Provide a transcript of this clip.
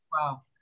wow